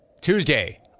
Tuesday